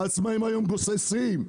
העצמאים היום גוססים.